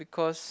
cause